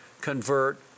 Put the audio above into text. convert